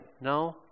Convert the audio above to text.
No